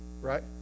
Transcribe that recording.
right